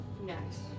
Next